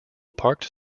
parked